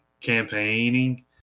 campaigning